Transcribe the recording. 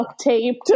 Taped